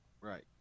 right